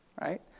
right